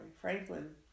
Franklin